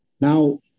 Now